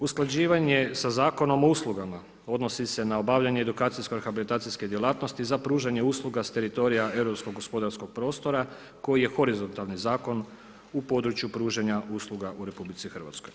Usklađivanje sa Zakonom o uslugama, odnosi se na obavljanje edukacijsko rehabilitacijske djelatnosti za pružanje usluga s teritorija europskog gospodarskog prostora koji je horizontalni zakon u području pružanja usluga u RH.